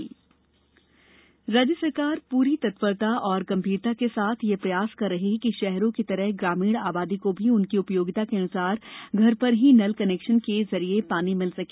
नल connection राज्य सरकार पूरी तत्परता और गम्भीरता के साथ यह प्रयास कर रही है कि शहरों की तरह ग्रामीण आबादी को भी उनकी उपयोगिता के अनुसार घर पर ही नल कनेक्शन के जरिये पानी मिल सके